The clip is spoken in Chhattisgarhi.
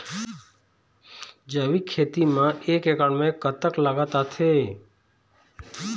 जैविक खेती म एक एकड़ म कतक लागत आथे?